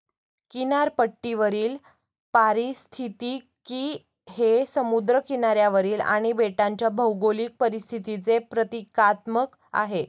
किनारपट्टीवरील पारिस्थितिकी हे समुद्र किनाऱ्यावरील आणि बेटांच्या भौगोलिक परिस्थितीचे प्रतीकात्मक आहे